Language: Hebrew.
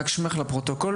רק שמך לפרוטוקול,